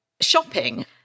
shopping